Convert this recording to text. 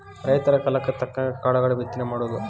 ರೈತರ ಕಾಲಕ್ಕ ತಕ್ಕಂಗ ಕಾಳುಗಳ ಬಿತ್ತನೆ ಮಾಡುದು